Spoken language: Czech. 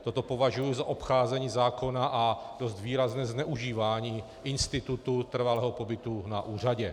Toto považuji za obcházení zákona a dost výrazné zneužívání institutu trvalého pobytu na úřadě.